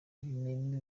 ibimeme